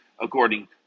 according